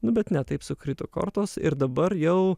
nu bet ne taip sukrito kortos ir dabar jau